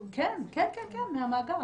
כן, כן, מהמאגר.